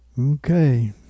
Okay